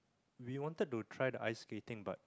we wanted to try the ice skating but